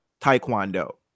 taekwondo